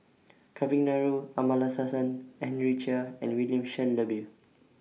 Kavignareru Amallathasan Henry Chia and William Shellabear